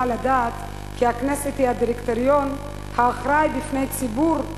לדעת כי הכנסת היא הדירקטוריון האחראי בפני הציבור,